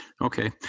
Okay